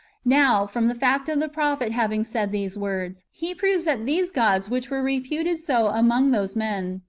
now, from the fact of the prophet having said these words, he proves that these gods which were reputed so among those men,